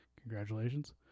Congratulations